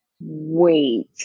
wait